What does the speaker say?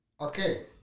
Okay